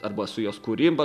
arba su jos kūryba